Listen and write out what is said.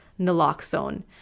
naloxone